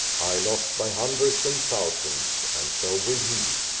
i lost by hundreds and thousands and so will he,